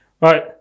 right